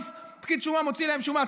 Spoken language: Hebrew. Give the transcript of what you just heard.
ברגע שפקיד שומה מוציא לכם שומה,